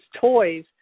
toys